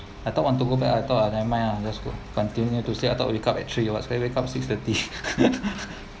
I thought want to go back I thought lah never mind lah let's go continue to sleep I thought wake up at three so I wake up six thirty